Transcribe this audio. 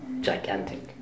gigantic